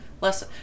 less